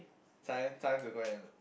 time time to go and